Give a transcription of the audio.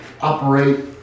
operate